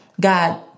God